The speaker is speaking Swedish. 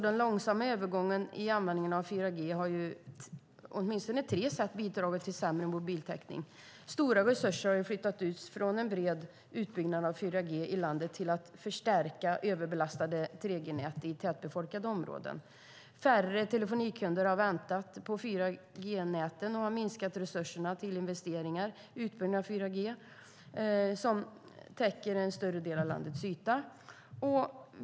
Den långsamma övergången i användningen av 4G har på åtminstone tre sätt bidragit till sämre mobiltäckning. Stora resurser har flyttats ut från en bred utbyggnad av 4G i landet till att förstärka överbelastade 3G-nät i tätbefolkade områden. Färre telefonikunder har väntat på 4G-näten och har minskat resurserna till investeringar i utbyggnad av 4G, som täcker en större del av landets yta.